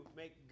make